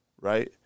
right